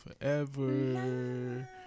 forever